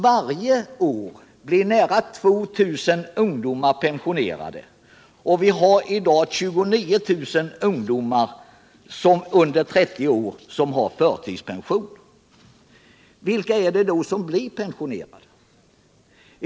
Varje år blir nära 2000 ungdomar pensionerade, och vi har i dag 29 000 ungdomar under 30 år som har förtidspension. Vilka är det då som blir pensionerade?